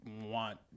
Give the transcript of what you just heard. want